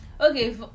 okay